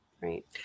right